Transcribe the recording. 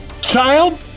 child